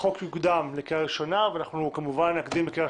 החוק יוקדם לקריאה ראשונה ואנחנו כמובן נקדים לקריאה